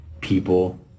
people